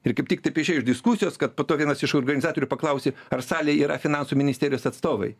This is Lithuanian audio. ir kaip tik taip išėjo iš diskusijos kad po to vienas iš organizatorių paklausė ar salėj yra finansų ministerijos atstovai